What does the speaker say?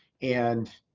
and